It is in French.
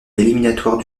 éliminatoires